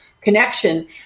connection